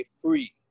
free